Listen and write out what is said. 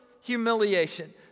humiliation